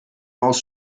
maus